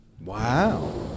Wow